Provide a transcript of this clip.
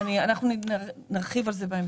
אנחנו נרחיב על זה בהמשך.